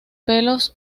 pelos